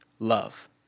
love